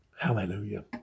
Hallelujah